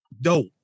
dope